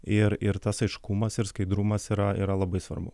ir ir tas aiškumas ir skaidrumas yra yra labai svarbu